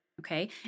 Okay